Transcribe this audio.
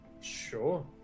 Sure